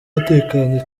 atekanye